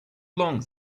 long